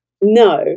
No